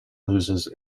loses